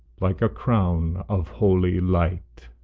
like a crown of holy light.